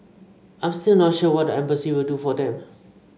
I'm still not sure what the embassy will do for them